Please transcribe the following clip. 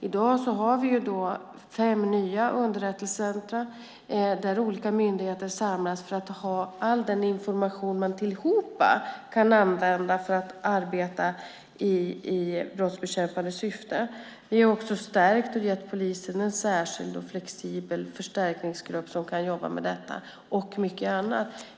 I dag har vi fem nya underrättelsecentrum där olika myndigheter samlas för att ha all den informationen man tillhopa kan använda för att arbeta i brottsbekämpande syfte. Vi har också gett polisen en särskild och flexibel förstärkningsgrupp som kan jobba med detta och mycket annat.